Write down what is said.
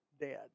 dead